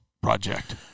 project